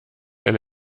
eine